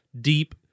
deep